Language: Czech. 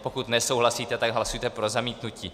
Pokud nesouhlasíte, tak hlasujte pro zamítnutí.